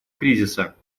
кризиса